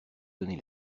donner